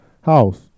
house